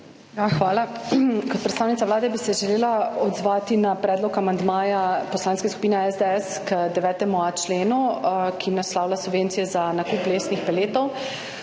Hvala. Kot predstavnica Vlade bi se želela odzvati na predlog amandmaja Poslanske skupine SDS k 9.a členu, ki naslavlja subvencije za nakup lesnih peletov.